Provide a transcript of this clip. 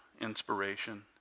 inspiration